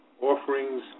offerings